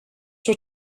were